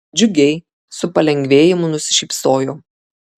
džiugiai su palengvėjimu nusišypsojo